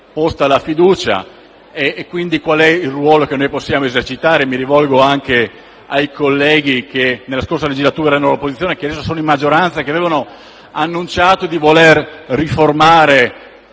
di fiducia. Qual è dunque il ruolo che noi possiamo esercitare? Mi rivolgo anche ai colleghi che nella scorsa legislatura erano all'opposizione, che adesso sono in maggioranza e che avevano annunciato di voler riformare